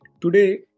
Today